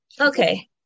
Okay